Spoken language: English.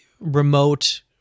remote